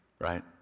right